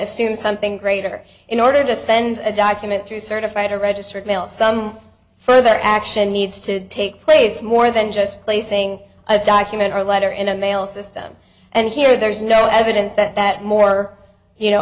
assume something greater in order to send a document through certified or registered mail some further action needs to take place more than just placing a document or letter in a mail system and here there is no evidence that that more you know